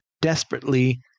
desperately